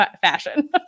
fashion